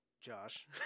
Josh